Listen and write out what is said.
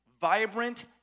vibrant